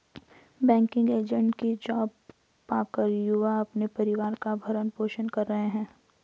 banking agent की job पाकर युवा अपने परिवार का भरण पोषण कर रहे है